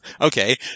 okay